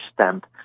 stamp